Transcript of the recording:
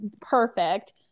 perfect